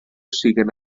siguen